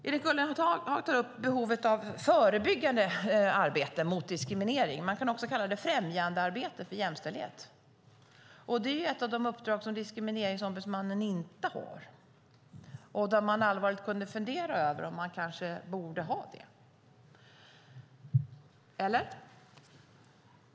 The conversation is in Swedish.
Erik Ullenhag tar upp behovet av förebyggande arbete mot diskriminering. Man kan också kalla det främjandearbete för jämställdhet. Det är ett av de uppdrag som Diskrimineringsombudsmannen inte har, där vi allvarligt kunde fundera över om man kanske borde ha det. Eller?